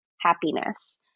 happiness